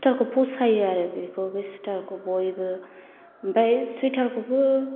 सुइथारखौ फसायो आरो बेखौ बे सुइथारखौ बयबो ओमफ्राय सुइथारखौबो